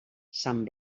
sant